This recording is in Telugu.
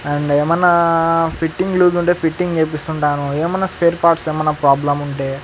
అండ్ ఏమన్నా ఫిట్టింగ్ లూజ్ ఉంటే ఫిట్టింగ్ చేయిస్తు ఉంటాను ఏమన్నా స్పేర్ పార్ట్స్ ఏమన్నా ప్రాబ్లం ఉంటే